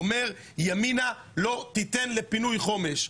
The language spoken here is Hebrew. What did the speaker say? אומר: ימינה לא תיתן לפינוי חומש.